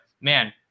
man